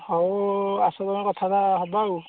ହଉ ଆସ ତୁମେ କଥାବାର୍ତ୍ତା ହେବା ଆଉ